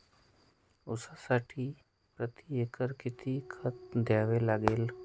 ऊसासाठी प्रतिएकर किती खत द्यावे लागेल?